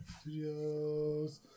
Studios